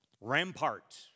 rampart